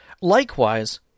Likewise